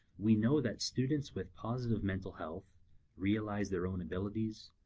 we know that students with positive mental health realize their own abilities,